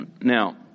Now